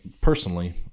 personally